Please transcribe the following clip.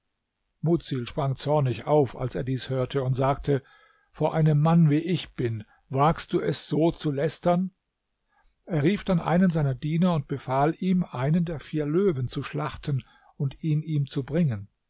mudsil sprang zornig auf als er dies hörte und sagte vor einem mann wie ich bin wagst du es so zu lästern er rief dann einen seiner diener und befahl ihm einen der vier löwen zu schlachten und ihn ihm zu bringen